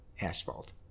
asphalt